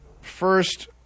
First—